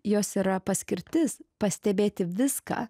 jos yra paskirtis pastebėti viską